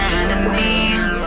enemy